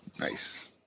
Nice